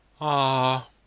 Ah